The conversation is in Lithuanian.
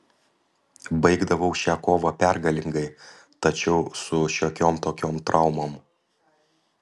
baigdavau šią kovą pergalingai tačiau su šiokiom tokiom traumom